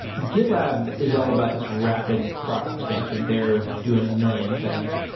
gitlab is all about this rapid product expansion. they're doing a million things.